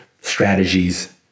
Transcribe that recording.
strategies